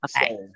Okay